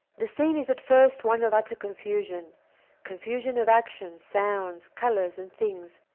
the scene is at first one of utter confusion confusion of action, sounds, colors, and things.